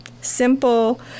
Simple